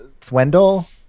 Swindle